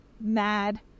Mad